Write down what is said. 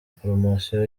promosiyo